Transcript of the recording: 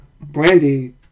Brandy